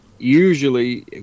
Usually